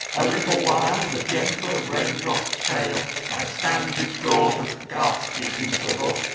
a little while the gentler rain-drops fail i stand distraught a ghastly interval,